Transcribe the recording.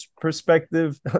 perspective